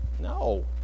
No